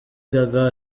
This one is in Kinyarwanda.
gaga